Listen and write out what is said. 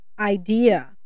idea